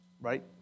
right